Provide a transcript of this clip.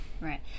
Right